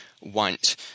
want